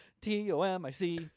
t-o-m-i-c